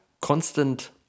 constant